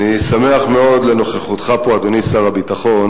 אני שמח מאוד על נוכחותך פה, אדוני שר הביטחון,